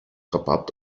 rabatt